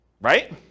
right